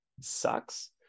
sucks